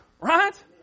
right